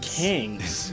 kings